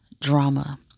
drama